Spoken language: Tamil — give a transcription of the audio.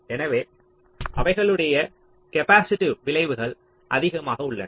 எனவே அவைகளுக்கிடையே கேப்பாஸிடீவ் விளைவுகள் அதிகமாக உள்ளன